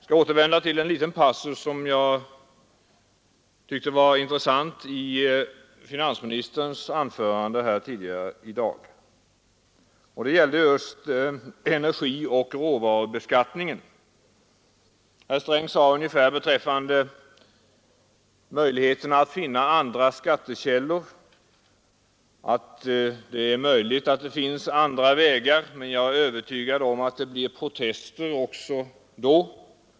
Jag skall ta upp en liten passus som jag tyckte var intressant i finansministerns anförande tidigare i dag. Det gällde just energioch råvarubeskattningen. Herr Sträng sade beträffande möjligheterna att finna andra skattekällor ungefär så här: Det är möjligt att det finns andra vägar, men jag är övertygad om att det blir protester också då.